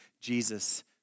Jesus